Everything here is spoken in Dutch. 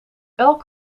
elk